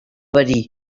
verí